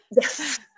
Yes